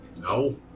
No